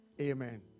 amen